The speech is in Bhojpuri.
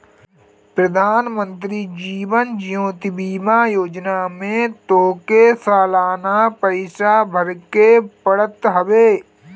प्रधानमंत्री जीवन ज्योति बीमा योजना में तोहके सलाना पईसा भरेके पड़त हवे